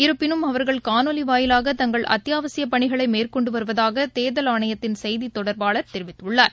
இருப்பினும் அவர்கள் காணொலிவாயிலாக தங்கள் அத்தியாவசியபனிகளைமேற்கொண்டுவருவதாகதோ்தல் ஆணையத்தின் செய்திதொடப்பாளர் தெரிவித்துள்ளார்